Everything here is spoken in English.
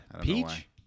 peach